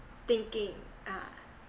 thinking ah